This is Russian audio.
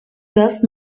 даст